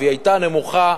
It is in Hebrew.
והיא היתה נמוכה,